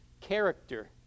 character